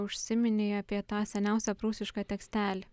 užsiminei apie tą seniausią prūsišką tekstelį